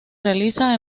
realiza